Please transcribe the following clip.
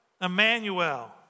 Emmanuel